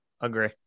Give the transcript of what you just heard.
Agree